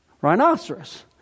rhinoceros